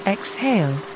Exhale